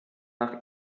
nach